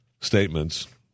statements